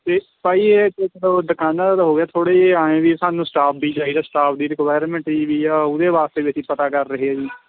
ਇਹ ਭਾਅ ਜੀ ਇਹ ਦੁਕਾਨਾਂ ਦਾ ਤਾਂ ਹੋ ਗਿਆ ਥੋੜ੍ਹੇ ਜਿਹੇ ਐਂ ਵੀ ਸਾਨੂੰ ਸਟਾਫ ਵੀ ਚਾਹੀਦਾ ਸਟਾਫ ਦੀ ਰਿਕੁਾਇਰਮੈਂਟ ਜਿਹੀ ਵੀ ਆ ਉਹਦੇ ਵਾਸਤੇ ਵੀ ਅਸੀਂ ਪਤਾ ਕਰ ਰਹੇ ਹਾਂ ਜੀ